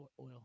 oil